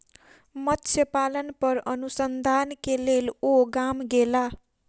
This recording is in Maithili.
मत्स्य पालन पर अनुसंधान के लेल ओ गाम गेला